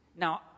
Now